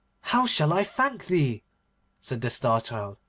how shall i thank thee said the star-child,